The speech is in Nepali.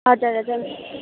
हजुर हजुर